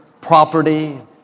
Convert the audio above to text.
property